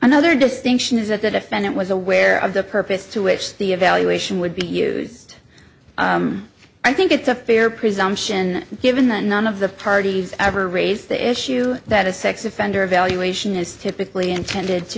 another distinction is that the defendant was aware of the purpose to which the evaluation would be used i think it's a fair presumption given that none of the parties ever raised the issue that a sex offender evaluation is typically intended to